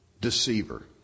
deceiver